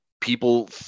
people